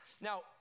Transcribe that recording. Now